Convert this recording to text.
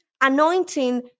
anointing